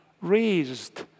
raised